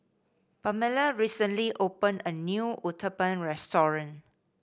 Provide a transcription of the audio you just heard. Pamella recently opened a new Uthapam restaurant